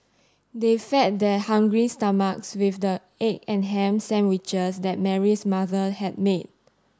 they fed their hungry stomachs with the egg and ham sandwiches that Mary's mother had made